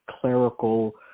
clerical